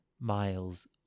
miles